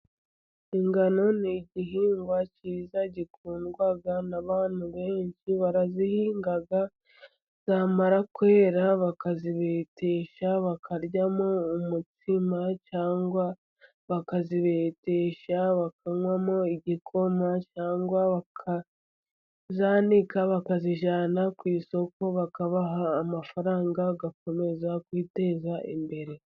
Ingano ni igihingwa cyiza gikundwa n'abantu benshi. Barazihinga zamara kwera bakazibitisha bakaryamo umutsima, cyangwa bakazibedesha bakanywamo igikoma, cyangwa bakazanika bakazijyana ku isoko bakabaha amafaranga bagakomeza kwiteza imbere.